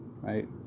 right